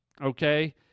okay